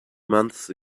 months